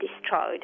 destroyed